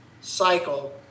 cycle